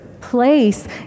Place